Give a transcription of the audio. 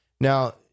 Now